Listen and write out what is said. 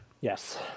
Yes